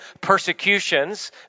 persecutions